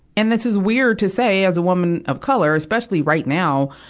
and this is weird to say as a woman of color, especially right now,